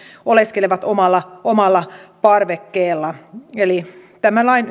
oleskelevat omalla omalla parvekkeella eli tämän lain